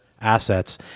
assets